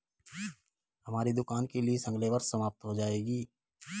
हमारी दुकान की लीस अगले वर्ष समाप्त हो जाएगी